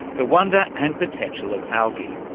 the wonder and potential of algae.